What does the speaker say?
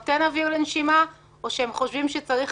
שהוצגה אתמול נותנת אוויר לנשימה או שהם חושבים שצריך